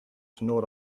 gnawed